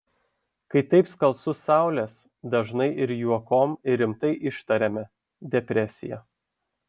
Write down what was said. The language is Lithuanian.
kai taip skalsu saulės dažnai ir juokom ir rimtai ištariame depresija